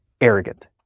arrogant